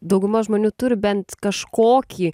dauguma žmonių turi bent kažkokį